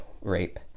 rape